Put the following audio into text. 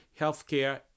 healthcare